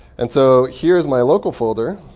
and so here's my local folder.